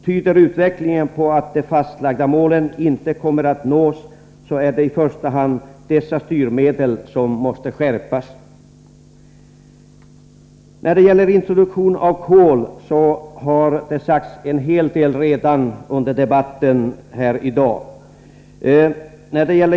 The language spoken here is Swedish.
Tyder utvecklingen på att de fastlagda målen inte kommer att nås är det i första hand dessa styrmedel som måste utnyttjas med större skärpa. När det gäller introduktionen av kol har det redan sagts en hel del under debatten här i dag.